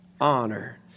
Honor